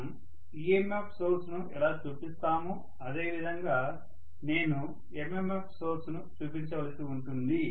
మనం EMF source ను ఎలా చూపిస్తామో అదే విధంగా నేను MMF సోర్స్ ను చూపించవలసి ఉంటుంది